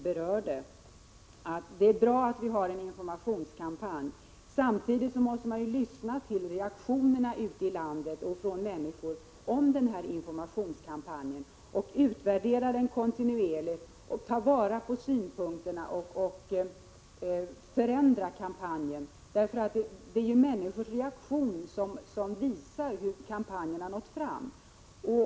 Det är i alla fall bra att vi har en informationskampanj. Men samtidigt vill jag framhålla att man måste lyssna till reaktionerna från olika håll ute i landet när det gäller den här informationskampanjen. Vidare måste denna kontinuerligt utvärderas. Man måste också ta vara på synpunkterna och förändra kampanjen. Det är ju av människors reaktioner som man kan utläsa hur kampanjen har fallit ut.